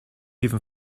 even